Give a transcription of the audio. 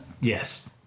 yes